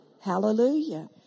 Hallelujah